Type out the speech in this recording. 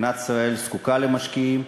מדינת ישראל זקוקה למשקיעים,